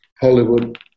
Hollywood